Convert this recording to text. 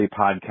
podcast